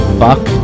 fuck